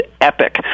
epic